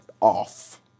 off